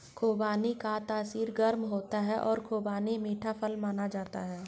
खुबानी का तासीर गर्म होता है और खुबानी मीठा फल माना जाता है